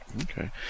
Okay